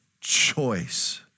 choice